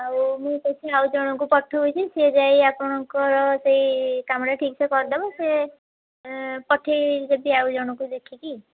ଆଉ ମୁଁ ପଛେ ଆଉ ଜଣଙ୍କୁ ପଠଉଛି ସିଏ ଯାଇ ଆପଣଙ୍କ ସେଇ କାମଟା ଠିକ୍ସେ କରିଦେବ ସିଏ ପଠେଇଦେବି ଆଉ ଜଣଙ୍କୁ ଦେଖିକି